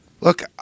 look